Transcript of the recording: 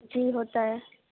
جی ہوتا ہے